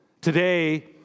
Today